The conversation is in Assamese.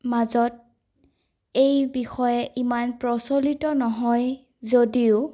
মাজত এই বিষয়ে ইমান প্ৰচলিত নহয় যদিওঁ